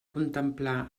contemplar